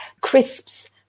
crisps